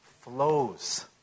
flows